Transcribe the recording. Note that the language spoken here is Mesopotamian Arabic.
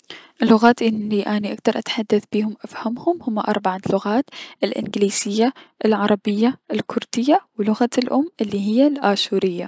اللغات الي اني اكدر اتحدث بيهم و افهمهم هم اربعة لغات الأنكليزية العربية الكردية و لغة الأم الي هي الأشورية.